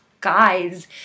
guy's